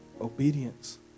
obedience